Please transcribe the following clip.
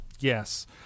Yes